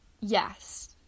yes